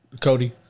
Cody